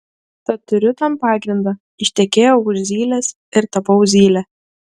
tad turiu tam pagrindą ištekėjau už zylės ir tapau zyle